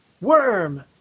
Worm